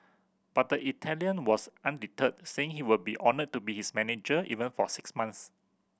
but the Italian was undeterred saying he would be honoured to be its manager even for six months